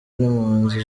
n’impunzi